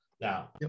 Now